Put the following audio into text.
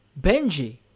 Benji